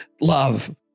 love